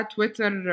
Twitter